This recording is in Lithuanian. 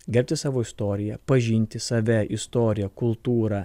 gerbti savo istoriją pažinti save istoriją kultūrą